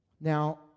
Now